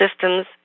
systems